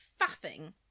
faffing